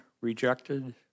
rejected